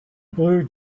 blue